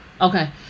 okay